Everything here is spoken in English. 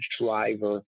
driver